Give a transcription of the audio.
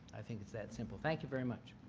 i think it's that simple. thank you very much.